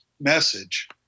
message